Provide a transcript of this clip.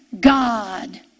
God